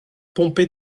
pompée